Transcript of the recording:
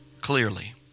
clearly